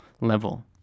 level